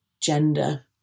gender